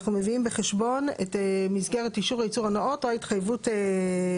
אנחנו מביאים בחשבון את מסגרת אישור הייצור הנאות או ההתחייבות העצמית.